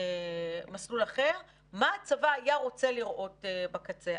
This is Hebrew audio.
מסלול אחר, מה הצבא היה רוצה לראות בקצה.